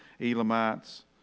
Elamites